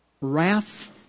wrath